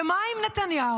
ומה עם נתניהו?